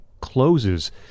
closes